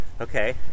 okay